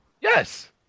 Yes